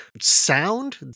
sound